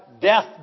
death